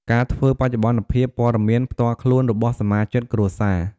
ការធ្វើបច្ចុប្បន្នភាពព័ត៌មានផ្ទាល់ខ្លួនរបស់សមាជិកគ្រួសារ។